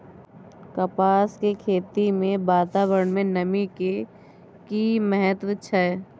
कपास के खेती मे वातावरण में नमी के की महत्व छै?